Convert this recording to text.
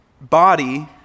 body